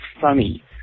funny